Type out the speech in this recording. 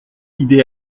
idée